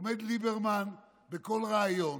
עומד ליברמן בכל ריאיון